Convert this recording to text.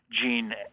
gene